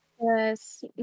Yes